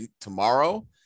tomorrow